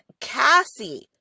Cassie